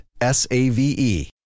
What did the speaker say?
S-A-V-E